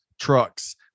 trucks